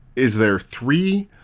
is there three.